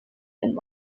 and